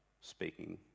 speaking